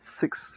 six